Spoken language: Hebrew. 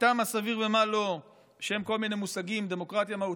מחליטה מה סביר ומה לא בשם כל מיני מושגים: דמוקרטיה מהותית,